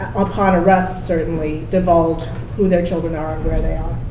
upon arrest, certainly, divulge who their children are and where they are.